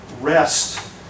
rest